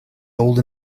old